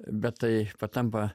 bet tai patampa